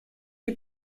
die